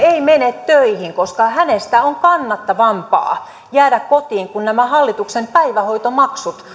ei mene töihin koska hänestä on kannattavampaa jäädä kotiin kun nämä hallituksen päivähoitomaksut